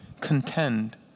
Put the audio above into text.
contend